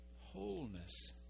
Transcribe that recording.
Wholeness